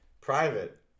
Private